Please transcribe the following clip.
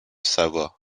savoie